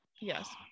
yes